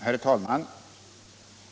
Herr talman!